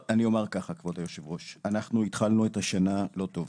כבוד היו"ר, התחלנו את השנה לא טוב.